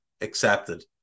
accepted